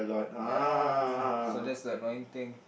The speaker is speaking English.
ya so that's the annoying thing